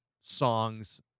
songs